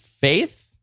faith